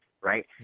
right